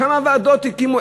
כמה ועדות הקימו?